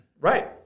right